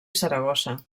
saragossa